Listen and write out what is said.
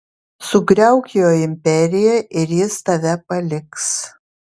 sugriauk jo imperiją ir jis tave paliks